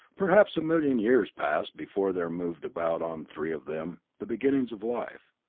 perhaps a million years passed before there moved about on three of them the beginnings of life.